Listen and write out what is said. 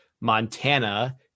Montana